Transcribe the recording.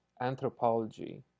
anthropology